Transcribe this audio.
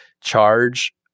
charge